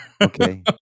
Okay